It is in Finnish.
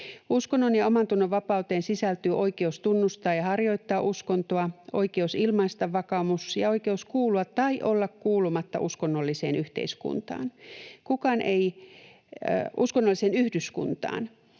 Uskonnon‑ ja omantunnonvapauteen sisältyy oikeus tunnustaa ja harjoittaa uskontoa, oikeus ilmasta vakaumus ja oikeus kuulua tai olla kuulumatta uskonnolliseen yhdyskuntaan. Kukaan ei ole myöskään